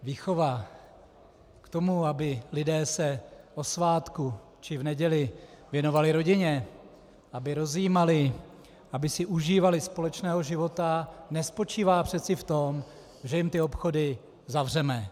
Výchova k tomu, aby se lidé o svátku či v neděli věnovali rodině, aby rozjímali, aby si užívali společného života, nespočívá přece v tom, že jim ty obchody zavřeme.